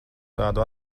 tādu